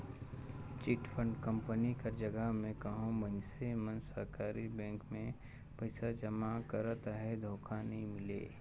chit fund company कर जगहा में कहों मइनसे मन सरकारी बेंक में पइसा जमा करत अहें धोखा नी मिले